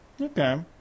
Okay